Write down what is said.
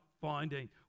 finding